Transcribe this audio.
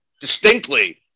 distinctly